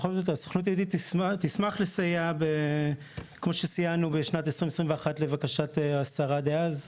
הסוכנות היהודית תשמח לסייע כמו שסייענו בשנת 2021 לבקשת השרה דאז,